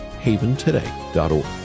Haventoday.org